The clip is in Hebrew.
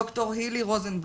דוקטור היילי רוזנבלום,